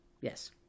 Yes